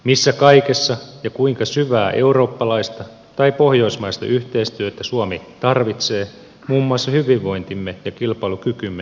missä kaikessa ja kuinka syvää eurooppalaista tai pohjoismaista yhteistyötä suomi tarvitsee muun muassa hyvinvointimme ja kilpailukykymme säilyttämiseen